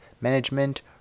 management